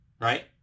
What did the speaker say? right